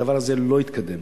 הדבר הזה לא התקדם.